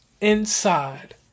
Inside